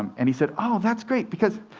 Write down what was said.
um and he said, oh, that's great, because,